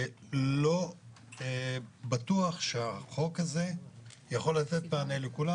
לא בטוח שהחוק הזה יכול לתת מענה לכולם.